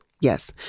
yes